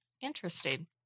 Interesting